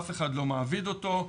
אף אחד לא מעביד אותו,